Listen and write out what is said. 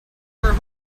were